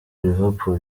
liverpool